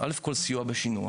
א' כל, סיוע בשינוע.